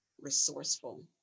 resourceful